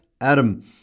Adam